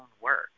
work